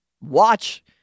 watch